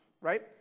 right